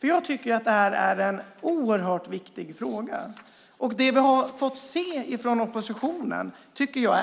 Jag tycker nämligen att det här är en oerhört viktig fråga. Det vi har fått se från oppositionen är jag